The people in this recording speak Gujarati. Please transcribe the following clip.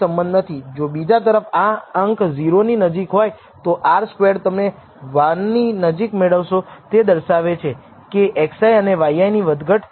જો બીજી તરફ આ અંક 0 ની નજીક હોય તો R સ્ક્વેરડ તમે 1 ની નજીક મેળવશો તે દર્શાવે છે કે xi એ yi ની વધઘટ સમજાવી શકે છે